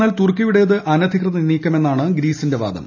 എന്നാൽ തുർക്കിയുടേത് അനധികൃത നീക്കമെന്നാണ് ഗ്രീസിന്റെ വാദം